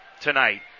tonight